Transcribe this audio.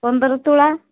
ପନ୍ଦର ତୁଳା